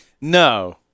No